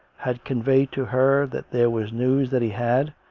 had conveyed to her that there was news that he had,